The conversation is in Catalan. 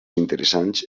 interessants